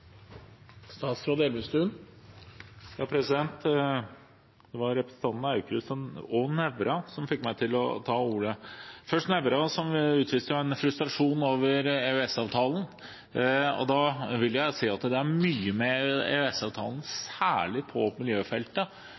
Det var representantene Aukrust og Nævra som fikk meg til å ta ordet. Først til Nævra, som utviste en frustrasjon over EØS-avtalen: Jeg vil si at det er mye med EØS-avtalen, særlig på miljøfeltet,